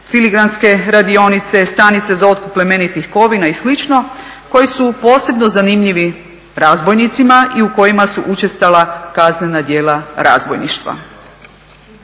filigranske radionice, stanice za otkup plemenitih kovina i slično koji su posebno zanimljivi razbojnicima i u kojima su učestala kaznena djela razbojništva.